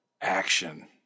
action